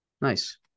Nice